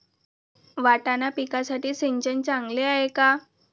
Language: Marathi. वाटाणा पिकासाठी सिंचन चांगले आहे का?